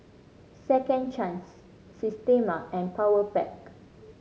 Second Chance Systema and Powerpac